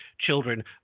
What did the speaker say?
children